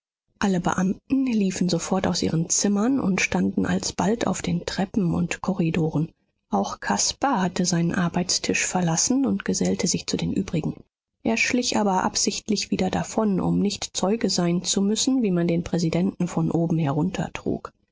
alle beamten liefen sofort aus ihren zimmern und standen alsbald auf den treppen und korridoren auch caspar hatte seinen arbeitstisch verlassen und gesellte sich zu den übrigen er schlich aber absichtlich wieder davon um nicht zeuge sein zu müssen wie man den präsidenten von oben heruntertrug